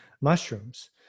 mushrooms